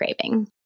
craving